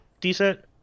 decent